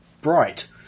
bright